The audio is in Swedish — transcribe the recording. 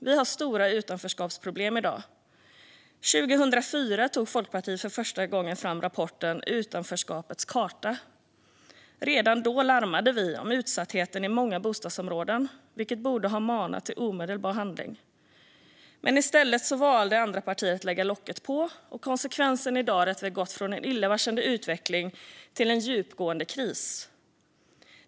Vi har stora utanförskapsproblem i dag. År 2004 tog Folkpartiet för första gången fram rapporten Utanförskapets karta . Redan då larmade vi om utsattheten i många bostadsområden, vilket borde ha manat till omedelbar handling. Men i stället valde alla andra partier att lägga locket på. Konsekvensen i dag är att vi har gått från en illavarslande utveckling till en djupgående kris.